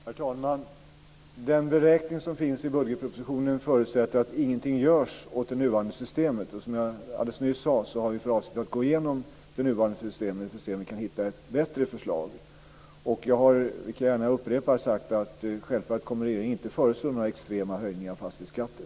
Herr talman! Den beräkning som finns i budgetpropositionen förutsätter att ingenting görs åt det nuvarande systemet. Som jag alldeles nyss sade har vi för avsikt att gå igenom det nuvarande systemet för att se om vi kan hitta ett bättre förslag. Jag har sagt, och det kan jag gärna upprepa, att regeringen självfallet inte kommer att föreslå några extrema höjningar av fastighetsskatten.